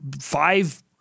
five